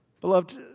Beloved